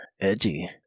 edgy